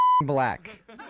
Black